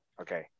Okay